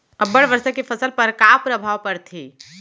अब्बड़ वर्षा के फसल पर का प्रभाव परथे?